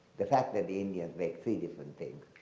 the fact that the indians make three different things,